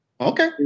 Okay